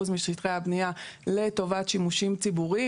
משטחי הבנייה לטובת שימושים ציבוריים.